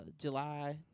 July